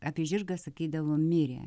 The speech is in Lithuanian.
apie žirgą sakydavo mirė